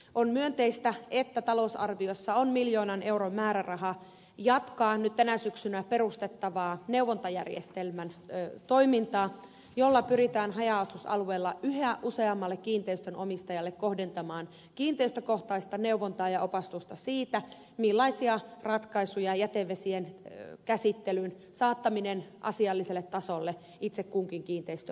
on myönteistä että talousarviossa on miljoonan euron määräraha jatkaa nyt tänä syksynä perustettavaa neuvontajärjestelmän toimintaa jolla pyritään haja asutusalueilla yhä useammalle kiinteistönomistajalle kohdentamaan kiinteistökohtaista neuvontaa ja opastusta siitä millaisia ratkaisuja jätevesien käsittelyyn saattaminen asialliselle tasolle itse kunkin kiinteistössä edellyttää